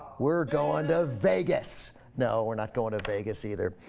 we're going to vegas now we're not going to vegas either